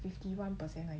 fifty one per cent I think